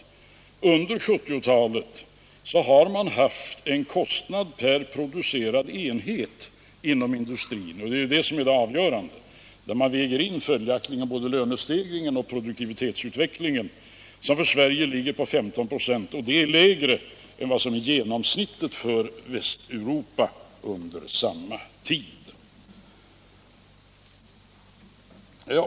Under 1970-talet har man haft en ökad kostnad per producerad enhet inom industrin — och det är ju det som är det avgörande; där väger man in både lönestegringen och produktivitetsutvecklingen — som för Sverige ligger på 15 26, och det är lägre än genomsnittet för Västeuropa under samma tid.